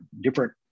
different